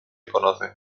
conoce